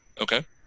Okay